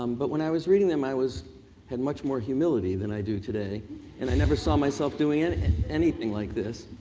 um but when i was reading them i had much more humility than i do today and i never saw myself doing and anything like this.